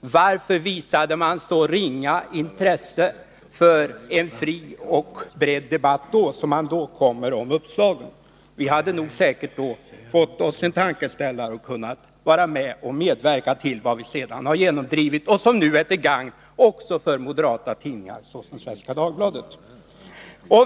Varför visade man så ringa intresse för en fri och bred debatt att man inte då kom med några uppslag? I så fall hade vi säkert fått oss en tankeställare och kunnat medverka till vad vi sedan har genomdrivit, vilket nu är till gagn också för moderata tidningar såsom Svenska Dagbladet.